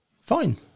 fine